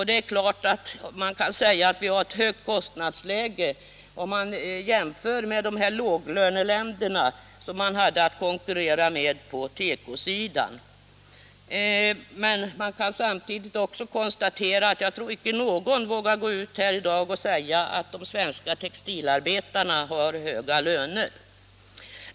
Det är klart att man kan säga att vårt kostnadsläge är högt vid en jämförelse med de länder som vi har att konkurrera med på tekosidan. Samtidigt tror jag inte någon här vågar gå ut och säga att de svenska textilarbetarna har höga löner.